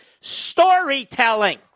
Storytelling